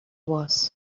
was